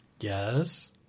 Yes